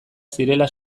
zirela